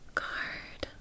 card